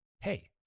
hey